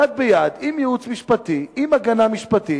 יד ביד, עם ייעוץ משפטי, עם הגנה משפטית,